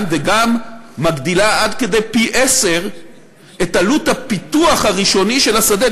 וגם מגדילה עד כדי פי-עשרה את עלות הפיתוח הראשוני של השדה,